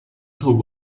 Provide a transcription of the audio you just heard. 透过